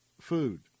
food